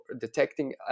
detecting